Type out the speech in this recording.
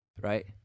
Right